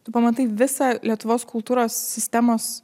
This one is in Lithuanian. tu pamatai visą lietuvos kultūros sistemos